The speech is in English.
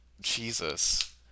Jesus